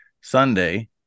Sunday